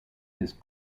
his